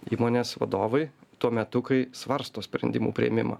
įmonės vadovai tuo metu kai svarsto sprendimų priėmimą